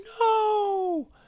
No